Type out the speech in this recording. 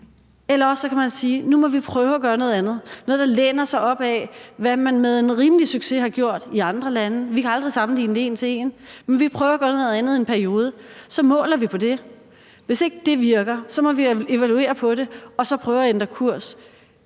eller også kan man sige, at nu må vi prøve at gøre noget andet – noget, der læner sig op ad, hvad man med en rimelig succes har gjort i andre lande. Vi kan aldrig sammenligne det en til en, men vi prøver at gøre noget andet i en periode, og så måler vi på det. Hvis ikke det virker, må vi evaluere på det og prøve at ændre kurs.